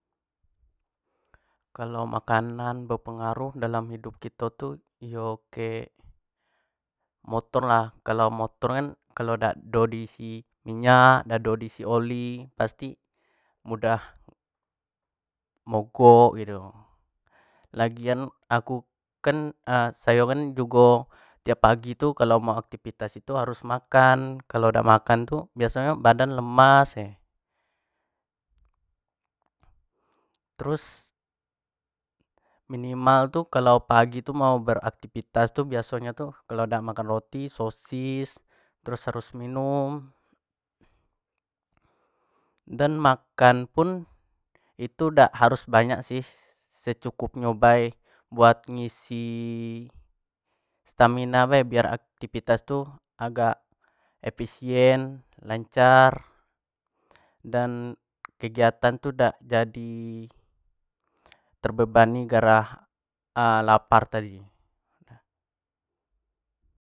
kalau makanan yang berpengaruh dalam hidup kito tu iyo kek motor lah kalau motor kan kalau dak ado di isi minyak dak ado di isi oli, pasti mudah mogok gitu lagian aku kan sayo kan jugo tiap pagi tu kalau mau aktivitas tu haus makan kalau dak makan tu biaso nyo tu bdan lemas bae terus minimal kalau pagi tu mau beraktivitas biaso yo tu kalau dak makan roti, sosis terus harus minum dan makan pun itu dak harus banyak sih secukup nyo bae buat ngisi stamina bae biak aktivitas tu agak efisien, lancer dan kegiatan tu dak jadi terbebani gara lapar tadi